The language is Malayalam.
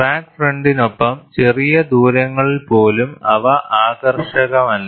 ക്രാക്ക് ഫ്രണ്ടിനൊപ്പം ചെറിയ ദൂരങ്ങളിൽ പോലും അവ ആകർഷകമല്ല